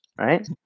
right